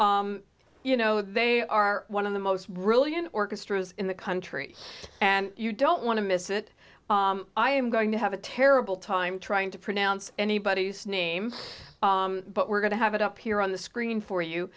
but you know they are one of the most brilliant orchestras in the country and you don't want to miss it i am going to have a terrible time trying to pronounce anybody's name but we're going to have it up here on the screen for you